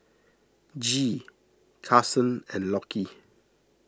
Gee Karson and Lockie